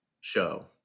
show